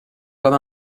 comme